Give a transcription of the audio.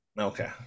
Okay